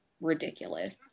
ridiculous